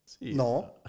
No